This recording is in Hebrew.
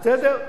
בסדר.